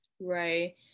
right